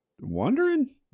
wondering